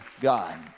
God